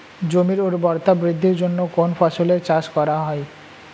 জমির উর্বরতা বৃদ্ধির জন্য কোন ফসলের চাষ করা হয়?